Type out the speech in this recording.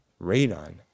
radon